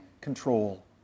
control